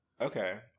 okay